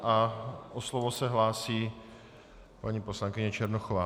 O slovo se hlásí paní poslankyně Černochová.